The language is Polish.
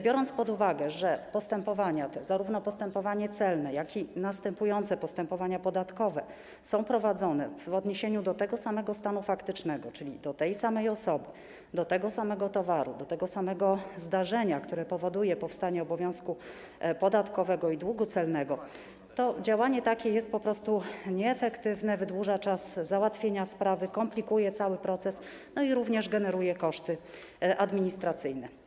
Biorąc pod uwagę to, że postępowania te, zarówno postępowanie celne, jak i postępowanie podatkowe, są prowadzone w odniesieniu do tego samego stanu faktycznego, czyli w stosunku do tej samej osoby, tego samego towaru, tego samego zdarzenia, które powoduje powstanie obowiązku podatkowego i długu celnego, działanie takie jest po prostu nieefektywne, wydłuża czas załatwienia sprawy, komplikuje cały proces i generuje również koszty administracyjne.